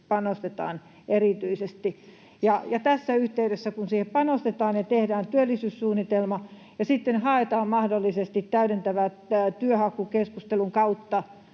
panostetaan erityisesti. Tässä yhteydessä siihen panostetaan ja tehdään työllisyyssuunnitelma ja sitten haetaan mahdollisesti täydentävän työnhakukeskustelun kautta